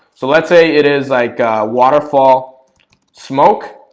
so let's say it is like waterfall smoke